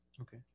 Okay